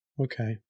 Okay